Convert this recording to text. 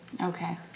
okay